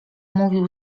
mówił